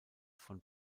von